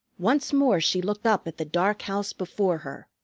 once more she looked up at the dark house before her,